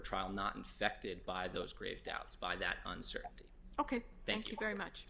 trial not infected by those great doubts by that uncertainty ok thank you very much